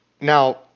Now